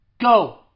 go